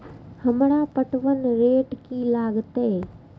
हमरा पटवन रेट की लागते?